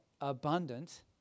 abundant